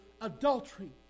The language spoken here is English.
adultery